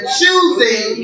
choosing